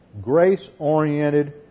grace-oriented